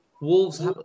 Wolves